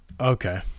Okay